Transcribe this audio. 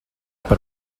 par